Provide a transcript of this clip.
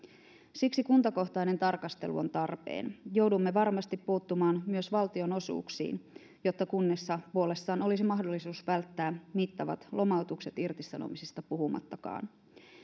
siksi kuntakohtainen tarkastelu on tarpeen joudumme varmasti puuttumaan myös valtionosuuksiin jotta kunnissa puolestaan olisi mahdollisuus välttää mittavat lomautukset irtisanomisista puhumattakaan